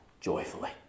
joyfully